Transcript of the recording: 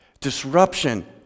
disruption